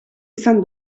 izan